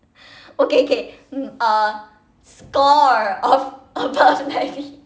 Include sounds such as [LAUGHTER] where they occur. okay okay um uh score of a [LAUGHS]